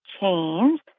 change